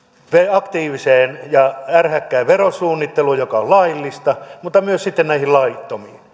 aktiiviseen ja ärhäkkään verosuunnitteluun joka on laillista mutta myös sitten näihin laittomiin